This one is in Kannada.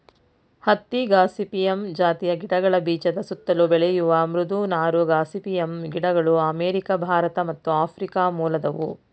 ಹತ್ತಿ ಗಾಸಿಪಿಯಮ್ ಜಾತಿಯ ಗಿಡಗಳ ಬೀಜದ ಸುತ್ತಲು ಬೆಳೆಯುವ ಮೃದು ನಾರು ಗಾಸಿಪಿಯಮ್ ಗಿಡಗಳು ಅಮೇರಿಕ ಭಾರತ ಮತ್ತು ಆಫ್ರಿಕ ಮೂಲದವು